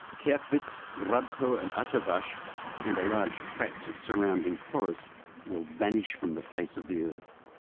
kerkwitz, grabko and atterwasch and a large tract of surrounding forest will vanish from the face of the earth.